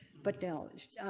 but don't.